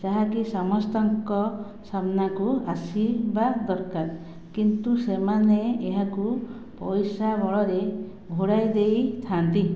ଯାହାକି ସମସ୍ତଙ୍କ ସାମ୍ନାକୁ ଆସିବା ଦରକାର କିନ୍ତୁ ସେମାନେ ଏହାକୁ ପଇସା ବଳରେ ଘୋଡ଼ାଇଦେଇଥାନ୍ତି